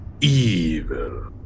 Evil